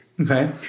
Okay